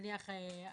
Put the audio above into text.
נניח,